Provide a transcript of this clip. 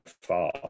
far